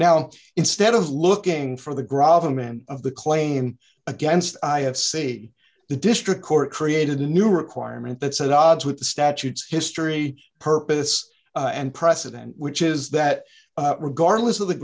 now instead of looking for the grab a man of the claim against i have said the district court created a new requirement that said odds with the statutes history purpose and president which is that regardless of the